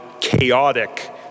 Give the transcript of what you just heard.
chaotic